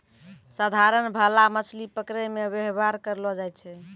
साधारण भाला मछली पकड़ै मे वेवहार करलो जाय छै